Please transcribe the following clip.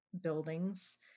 buildings